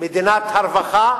מדינת הרווחה,